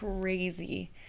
crazy